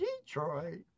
Detroit